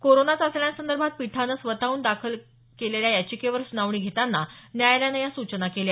corona चाचण्यांसंदर्भात पीठानं स्वतःहून दखल घेत दाखल केलेल्या याचिकेवर सुनावणी घेताना न्यायालयानं या सूचना केल्या